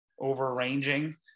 overranging